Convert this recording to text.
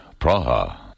Praha